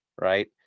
right